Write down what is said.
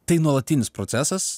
tai nuolatinis procesas